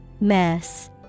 Mess